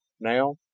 Now